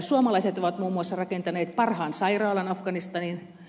suomalaiset ovat muun muassa rakentaneet parhaan sairaalan afganistaniin